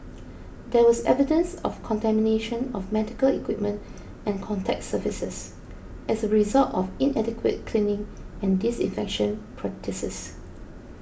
there was evidence of contamination of medical equipment and contact surfaces as a result of inadequate cleaning and disinfection practices